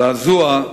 הזעזוע,